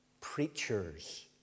preachers